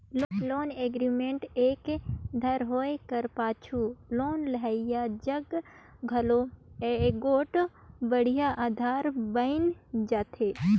loan agreement एक धाएर होए कर पाछू लोन लेहोइया जग घलो एगोट बड़िहा अधार बइन जाथे